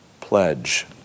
pledge